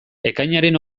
ekainaren